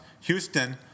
Houston